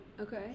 Okay